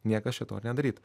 niekas čia to nedarytų